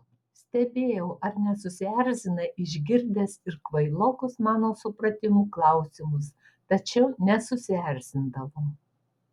stebėjau ar nesusierzina išgirdęs ir kvailokus mano supratimu klausimus tačiau nesusierzindavo